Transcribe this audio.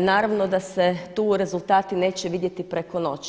naravno da se tu rezultati neće vidjeti preko noći.